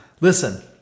Listen